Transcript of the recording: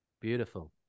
Beautiful